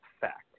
fact